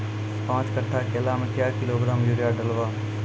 पाँच कट्ठा केला मे क्या किलोग्राम यूरिया डलवा?